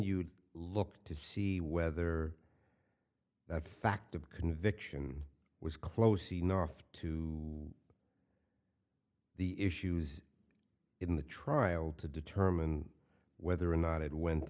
you'd look to see whether that fact of conviction was close enough to the issues in the trial to determine whether or not it went